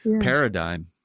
Paradigm